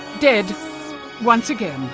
dead once again